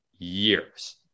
years